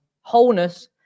wholeness